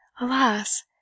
alas